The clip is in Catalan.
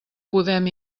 podem